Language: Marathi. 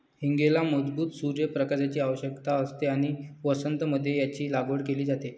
हींगेला मजबूत सूर्य प्रकाशाची आवश्यकता असते आणि वसंत मध्ये याची लागवड केली जाते